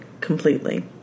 completely